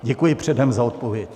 Děkuji předem za odpověď.